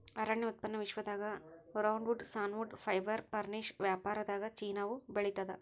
ಅರಣ್ಯ ಉತ್ಪನ್ನ ವಿಶ್ವದಾಗ ರೌಂಡ್ವುಡ್ ಸಾನ್ವುಡ್ ಫೈಬರ್ ಫರ್ನಿಶ್ ವ್ಯಾಪಾರದಾಗಚೀನಾವು ಬೆಳಿತಾದ